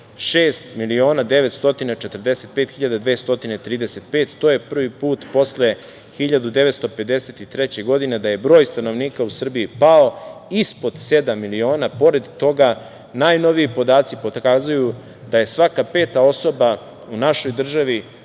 235. To je prvi put posle 1953. godine da je broj stanovnika u Srbiji pao ispod sedam miliona. Pored toga, najnoviji podaci pokazuju da je svaka peta osoba u našoj državi